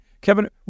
Kevin